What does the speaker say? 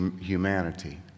humanity